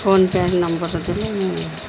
phone pay' number ଦେଲେ